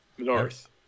North